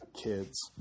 kids